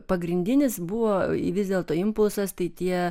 pagrindinis buvo vis dėlto impulsas tai tie